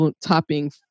topping